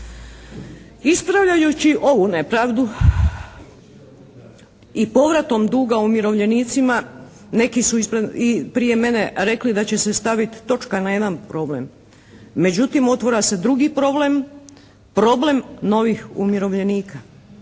Ispravljajući ovu nepravdu i povratom duga umirovljenicima neki su i prije mene rekli da će se stavit točka na jedan problem. Međutim, otvara se drugi problem. Problem novih umirovljenika.